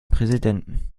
präsidenten